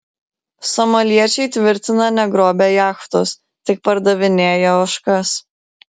somaliečiai tvirtina negrobę jachtos tik pardavinėję ožkas